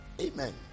amen